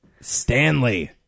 Stanley